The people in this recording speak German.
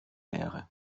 leere